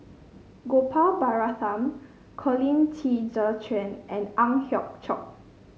Gopal Baratham Colin Qi Zhe Quan and Ang Hiong Chiok